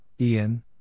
Ian